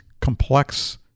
complex